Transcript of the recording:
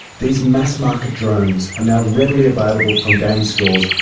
these mass-market drones are now readily available from games stores,